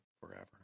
forever